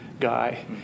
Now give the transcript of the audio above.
guy